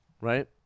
Right